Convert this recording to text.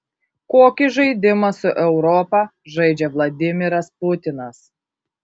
kokį žaidimą su europa žaidžia vladimiras putinas